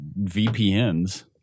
VPNs